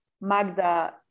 Magda